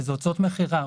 שהן הוצאות מכירה,